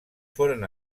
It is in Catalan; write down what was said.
foren